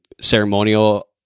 ceremonial